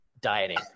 dieting